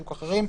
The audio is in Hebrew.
עיסוק אחרים.